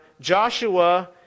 Joshua